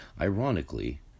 Ironically